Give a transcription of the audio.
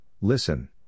listen